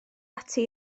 ati